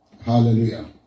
Hallelujah